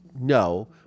no